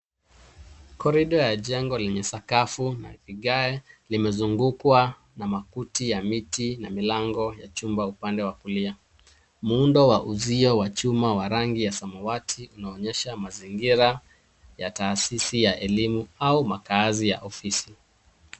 Korido ya jengo lenye sakafu na vigae limezungukwa na makuti ya miti na milango ya chumba upande wa kulia. Muundo wa uzio wa chuma wa rangi ya samawati unaonyesha mazingira ya taasisi ya elimu au makazi ya ofisi.